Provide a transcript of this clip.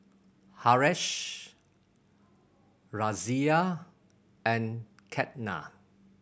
Haresh Razia and Ketna